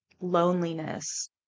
loneliness